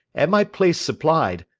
and my place supplied,